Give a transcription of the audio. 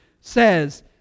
says